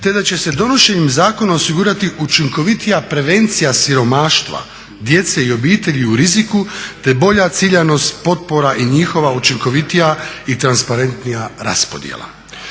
te da će se donošenjem zakona osigurati učinkovitija prevencija siromaštva djece i obitelji u riziku te bolja ciljanost potpora i njihova učinkovitija i transparentnija raspodjela.